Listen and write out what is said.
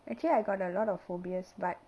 actually I got a lot of phobias but